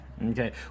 Okay